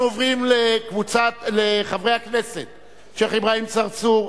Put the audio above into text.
אנחנו עוברים לחברי הכנסת שיח' אברהים צרצור,